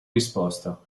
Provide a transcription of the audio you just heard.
risposta